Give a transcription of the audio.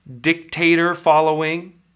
dictator-following